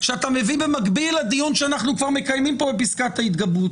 שאתה מביא במקביל לדיון שאנחנו כבר מקיימים כאן בפסקת ההתגברות,